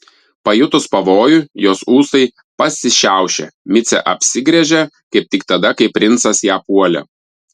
pajutus pavojų jos ūsai pasišiaušė micė apsigręžė kaip tik tada kai princas ją puolė